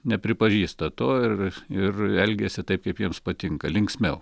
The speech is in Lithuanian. nepripažįsta to ir ir elgiasi taip kaip jiems patinka linksmiau